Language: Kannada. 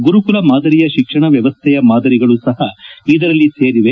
ಗುರುಕುಲ ಮಾದರಿಯ ಶಿಕ್ಷಣ ವ್ಯವಸ್ಥೆಯ ಮಾದರಿಗಳು ಸಹ ಇದರಲ್ಲಿ ಸೇರಿವೆ